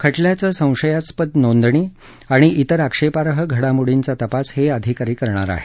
खटल्याचं संशयास्पद नोंदणी आणि इतर आक्षेपार्ह घडमोडींचा तपास हे अधिकारी करणार आहेत